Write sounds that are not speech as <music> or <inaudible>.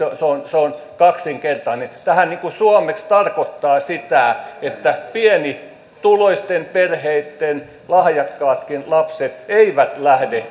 se on kaksinkertainen tämähän suomeksi tarkoittaa sitä että pienituloisten perheitten lahjakkaatkaan lapset eivät lähde <unintelligible>